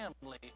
family